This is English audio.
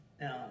Now